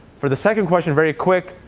for the second question, very quick,